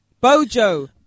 Bojo